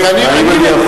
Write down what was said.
האם אני יכול,